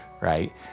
right